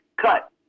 cut